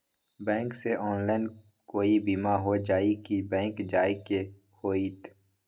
Bank से online कोई बिमा हो जाई कि बैंक जाए के होई त?